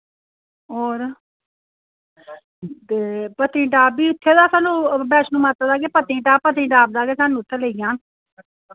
होर ते पत्नीटाप बी उत्थे दा सानू बैशनो माता दा गै पत्नीटाप पत्नीटाप दा गै सानू उत्थै लेई जान